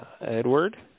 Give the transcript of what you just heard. Edward